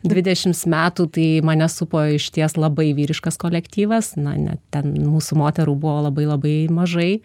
dvidešimt metų tai mane supo išties labai vyriškas kolektyvas na ne ten mūsų moterų buvo labai labai mažai